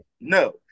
No